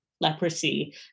leprosy